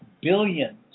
billions